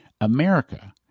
America